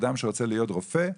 אדם שרוצה להיות רופא,